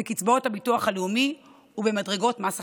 בקצבאות הביטוח הלאומי ובמדרגות מס הכנסה.